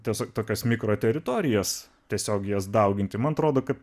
tiesiog tokias mikro teritorijas tiesiog jas dauginti man atrodo kaip